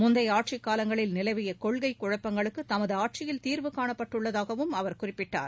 முந்தைய ஆட்சிக்காலங்களில் நிலவிய கொள்கை குழப்பங்களுக்கு தமது ஆட்சியில் தீர்வு காணப்பட்டுள்ளதாகவும் அவர் குறிப்பிட்டார்